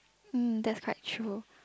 mm that's quite true